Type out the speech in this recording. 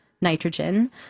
nitrogen